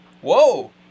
Whoa